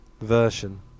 version